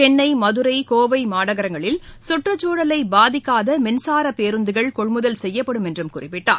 சென்னை மதுரை கோவை மாநகரங்களில் சுற்றுச்சூழலை பாதிக்காத மின்சார பேருந்துகள் கொள்முதல் செய்யப்படும் என்றும் குறிப்பிட்டார்